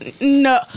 No